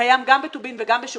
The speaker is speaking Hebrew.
קיים גם בטובין וגם בשירותים,